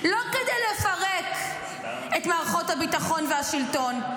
-- לא כדי לפרק את מערכות הביטחון והשלטון,